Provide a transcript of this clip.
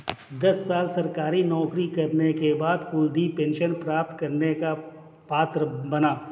दस साल सरकारी नौकरी करने के बाद कुलदीप पेंशन प्राप्त करने का पात्र बना